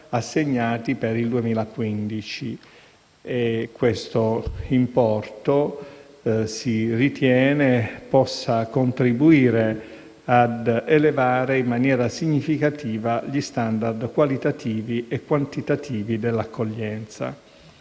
assegnati per il 2015) che si ritiene possano contribuire a elevare in maniera significativa gli *standard* qualitativi e quantitativi dell'accoglienza.